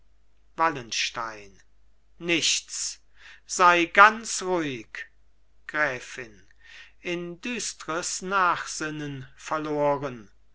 wallenstein nichts sei ganz ruhig gräfin in düstres nachsinnen verloren